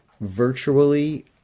virtually